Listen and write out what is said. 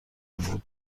بود